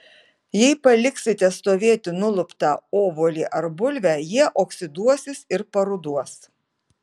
jei paliksite stovėti nuluptą obuolį ar bulvę jie oksiduosis ir paruduos